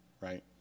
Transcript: right